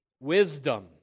wisdom